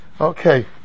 Okay